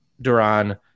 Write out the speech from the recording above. Duran